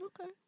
okay